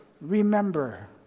Remember